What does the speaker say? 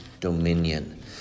dominion